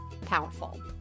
powerful